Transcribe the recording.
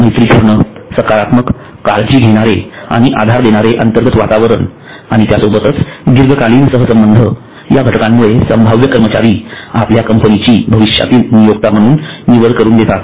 मैत्रीपूर्ण सकारात्मक काळजी घेणारे आणि आधार देणारे अंतर्गत वातावरण आणि त्यासोबतच दीर्घकालीन सहसंबंध या घटकांमुळे संभाव्य कर्मचारी आपल्या कंपनीची भविष्यातील नियोक्ता म्हणून निवड करून देतात